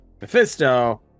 Mephisto